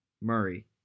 Murray